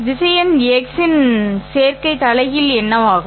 திசையன் ́x இன் சேர்க்கை தலைகீழ் என்னவாக இருக்கும்